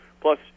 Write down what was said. Plus